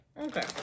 Okay